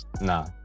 nah